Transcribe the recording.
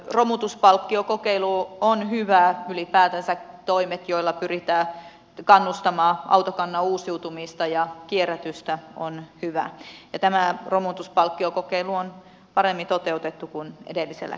romutuspalkkiokokeilu on hyvä ylipäätänsä toimet joilla pyritään kannustamaan autokannan uusiutumista ja kierrätystä ovat hyviä ja tämä romutuspalkkiokokeilu on paremmin toteutettu kuin edellisellä kerralla